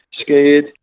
scared